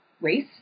race